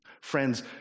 Friends